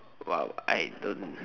!wow! I don't